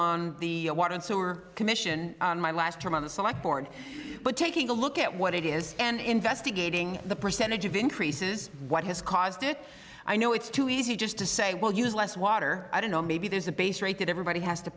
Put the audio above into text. on the water and sewer commission on my last term on the select board but taking a look at what it is and investigating the percentage of increases what has caused it i know it's too easy just to say well use less water i don't know maybe there's a base rate that everybody has to